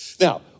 Now